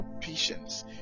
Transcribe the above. patience